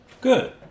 Good